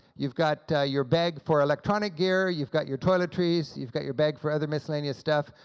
you've got your bag for electronic gear, you've got your toiletries, you've got your bag for other miscellaneous stuff.